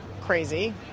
crazy